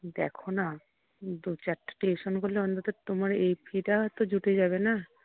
দেখো না দু চারটে টিউশন করলে অন্তত তোমার এই ফি টা তো জুটে যাবে না